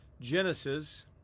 Genesis